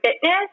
fitness